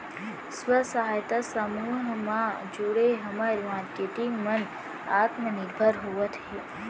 स्व सहायता समूह म जुड़े हमर मारकेटिंग मन आत्मनिरभर होवत हे